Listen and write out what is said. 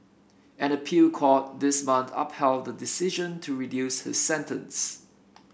an appeal court this month upheld the decision to reduce his sentence